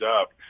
up